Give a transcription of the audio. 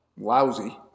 lousy